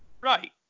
Right